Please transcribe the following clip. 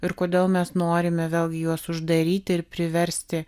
ir kodėl mes norime vėlgi juos uždaryti ir priversti